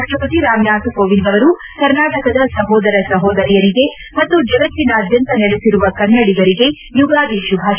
ರಾಷ್ಷಪತಿ ರಾಮನಾಥ್ ಕೋವಿಂದ್ ಅವರು ಕರ್ನಾಟಕದ ಸಹೋದರ ಸಹೋದರಿಯರಿಗೆ ಮತ್ತು ಜಗತ್ತಿನಾದ್ದಂತ ನೆಲೆಸಿರುವ ಕನ್ನಡಿಗರಿಗೆ ಯುಗಾದಿ ಶುಭಾಶಯ